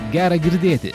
gera girdėti